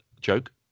joke